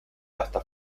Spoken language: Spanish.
hasta